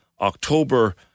October